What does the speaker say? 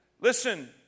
Listen